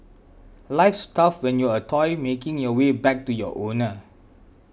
life's tough when you're a toy making your way back to your owner